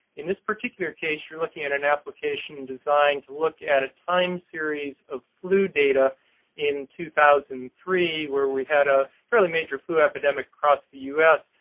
in this particular case, you're looking at an application designed to look at a time series of flu data in two thousand and three, where we had a fairly major flu epidemic across the us.